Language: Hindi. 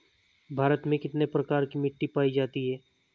भारत में कितने प्रकार की मिट्टी पाई जाती हैं?